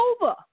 over